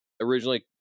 originally